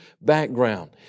background